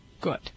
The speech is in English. Good